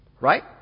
Right